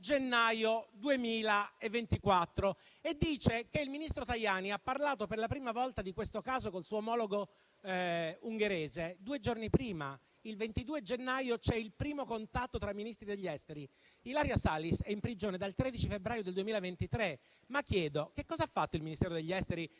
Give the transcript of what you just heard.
gennaio 2024 e dice che il ministro Tajani ha parlato per la prima volta di questo caso con il suo omologo ungherese due giorni prima, cioè il 22 gennaio c'è stato il primo contatto tra i Ministri degli esteri. Ma Ilaria Salis è in prigione dal 13 febbraio 2023. Cosa ha fatto il Ministero degli affari